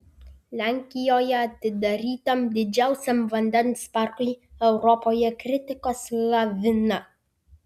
lenkijoje atidarytam didžiausiam vandens parkui europoje kritikos lavina